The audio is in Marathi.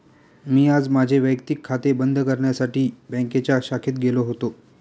मी आज माझे वैयक्तिक खाते बंद करण्यासाठी बँकेच्या शाखेत गेलो होतो